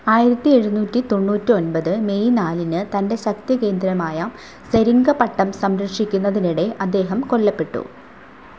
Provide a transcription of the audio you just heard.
ആയിരത്തി എഴുന്നൂറ്റി തൊണ്ണുറ്റി ഒൻപത് മെയ് നാലിന് തൻ്റെ ശക്തി കേന്ദ്രമായ സെരിംഗപട്ടം സംരക്ഷിക്കുന്നതിനിടെ അദ്ദേഹം കൊല്ലപ്പെട്ടു